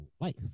life